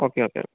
okay okay